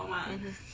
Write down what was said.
mmhmm